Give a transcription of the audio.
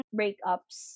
breakups